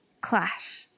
clash